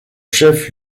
chef